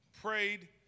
prayed